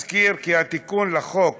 אזכיר כי התיקון לחוק